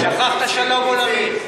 שכחת שלום עולמי.